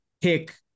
pick